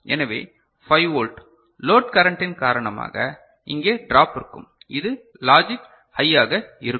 எனவே 5 volt load கரண்டின் காரணமாக இங்கே ட்ராப் இருக்கும் இது லாகிக் ஹையாக இருக்கும்